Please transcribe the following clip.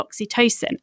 oxytocin